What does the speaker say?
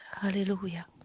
Hallelujah